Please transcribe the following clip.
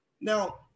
Now